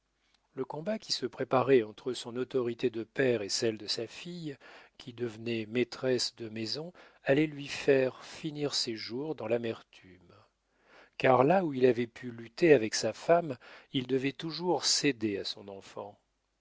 le combat qui se préparait entre son autorité de père et celle de sa fille qui devenait maîtresse de maison allait lui faire finir ses jours dans l'amertume car là où il avait pu lutter avec sa femme il devait toujours céder à son enfant